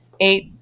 eight